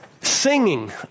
singing